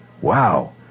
Wow